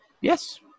Yes